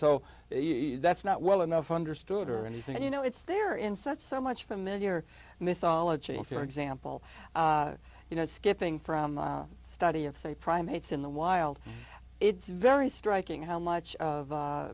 so that's not well enough understood or anything you know it's there in such so much from mid year mythology for example you know skipping from a study of say primates in the wild it's very striking how much of